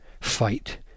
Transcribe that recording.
fight